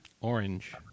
orange